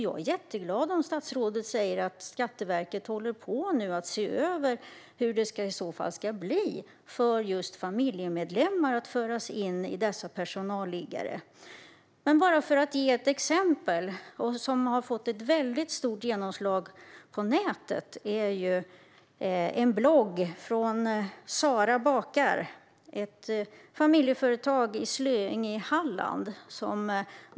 Jag är jätteglad för att statsrådet säger att Skatteverket nu håller på att se över hur det ska bli om familjemedlemmar ska föras in i dessa personalliggare. Jag ska ta ett exempel som har fått stort genomslag på nätet. Det handlar om en blogg som heter Sara bakar och ett familjeföretag i Slöinge i Halland.